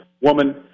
woman